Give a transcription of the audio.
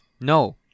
no